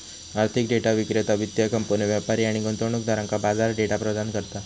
आर्थिक डेटा विक्रेता वित्तीय कंपन्यो, व्यापारी आणि गुंतवणूकदारांका बाजार डेटा प्रदान करता